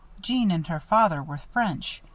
jeanne and her father were french,